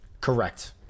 Correct